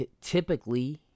typically